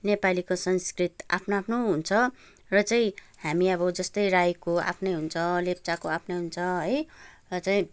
नेपालीको संस्कृत आफ्नो आफ्नो हुन्छ र चाहिँ हामी अब जस्तै राईको आफ्नै हुन्छ लेप्चाको आफ्नै हुन्छ है र चाहिँ